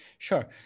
Sure